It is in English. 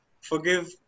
forgive